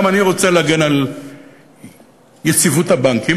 גם אני רוצה להגן על יציבות הבנקים,